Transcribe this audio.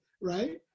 right